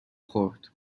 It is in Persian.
خورد